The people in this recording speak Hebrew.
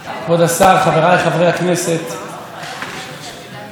ביממה האחרונה מתעסקים רבות בתושבת הכפר